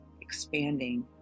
expanding